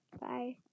Bye